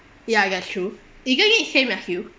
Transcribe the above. ya that's true isn't it same as you